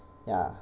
ya